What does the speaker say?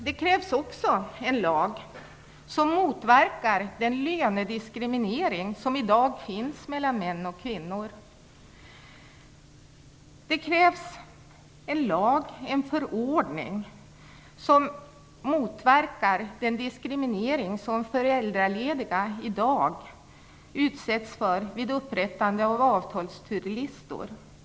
Det krävs också en lag som motverkar den lönediskriminering som i dag finns mellan män och kvinnor. Det krävs en lag, en förordning, som motverkar den diskriminering som föräldralediga i dag utsätts för vid upprättande av avtalsturlistor.